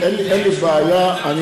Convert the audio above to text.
אין בעיה,